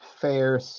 fair